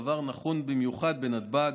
הדבר נכון במיוחד בנתב"ג,